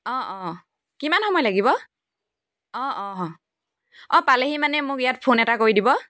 অঁ অঁ কিমান সময় লাগিব অঁ অঁ পালেহি মানে মোক ইয়াত এটা ফোন কৰি দিব